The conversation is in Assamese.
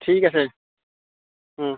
ঠিক আছে